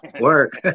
Work